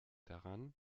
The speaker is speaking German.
daran